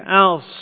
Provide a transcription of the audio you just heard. else